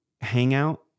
hangout